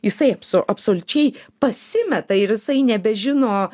jisai apso absoliučiai pasimeta ir jisai nebežino